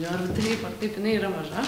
ar taip ar taip jinai yra maža